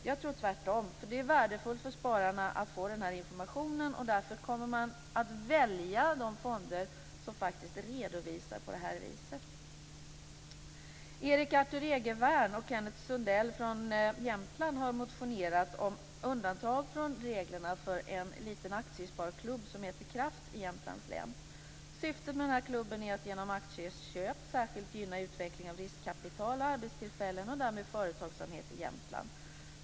Jag tror tvärtom, eftersom det är värdefullt för spararna att få denna information, och därför kommer de att välja de fonder som faktiskt är redovisade på detta sätt. Erik Arthur Egervärn och Ola Sundell från Jämtland har motionerat om undantag från reglerna för en liten aktiesparklubb som heter Kraft i Jämtlands län. Syftet med denna klubb är att genom aktieköp särskilt gynna utvecklingen av riskkapital och arbetstillfällen och därmed företagsamhet i Jämtland.